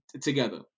together